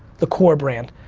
the core brand.